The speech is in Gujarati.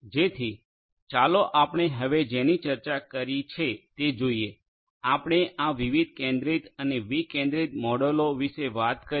જેથી ચાલો આપણે હવે જેની ચર્ચા કરી છે તે જોઈએ આપણે આ વિવિધ કેન્દ્રિય અને વિકેન્દ્રિત મોડેલો વિશે વાત કરી